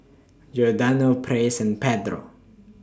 Giordano Praise and Pedro